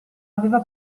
aveva